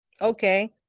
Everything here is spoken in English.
Okay